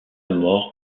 mort